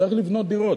צריך לבנות דירות,